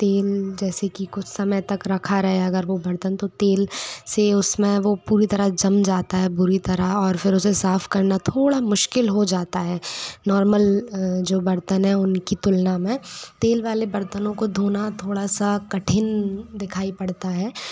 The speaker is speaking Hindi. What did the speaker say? तेल जैसे कि कुछ समय तक रखा रहे अगर वो बर्तन तो तेल से उसमें वो पूरी तरह जम जाता है बुरी तरह और फिर उसे साफ़ करना थोड़ा मुश्किल हो जाता है नॉर्मल जो बर्तन हैं उनकी तुलना में तेल वाले बर्तनों को धोना थोड़ा सा कठिन दिखाई पड़ता है